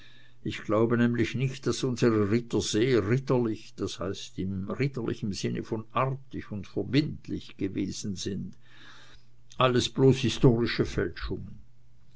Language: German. ich glaube nämlich nicht daß unsere ritter sehr ritterlich das heißt ritterlich im sinne von artig und verbindlich gewesen sind alles bloß historische fälschungen